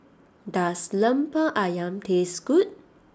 does Lemper Ayam taste good